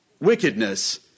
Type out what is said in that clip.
wickedness